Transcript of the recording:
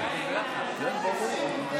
אני